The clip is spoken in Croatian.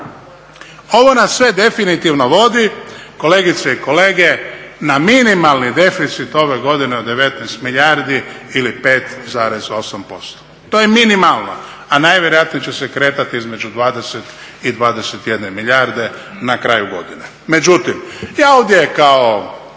Ovo nas sve definitivno vodi, kolegice i kolege, na minimalni deficit ove godine od 19 milijardi ili 5,8%. To je minimalno, a najvjerojatnije će se kretati između 20 i 21 milijarde na kraju godine. Međutim, ja ovdje kao